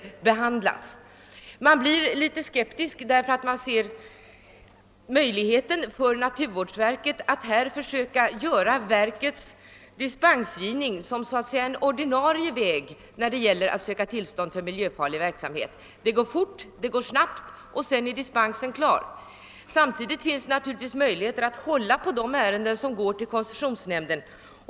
Man ställer sig inför dessa siffror frågan, om naturvårdsverket möjligen försöker göra verkets dispensgivning till den så att säga ordinarie vägen när det gäller att söka tillstånd för miljöfarlig verksamhet — det går fort, och sedan är dispensen klar. Samtidigt finns naturligtvis möjlighet att hålla på de ärenden som går till koncessionsnämnden.